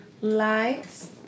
Lights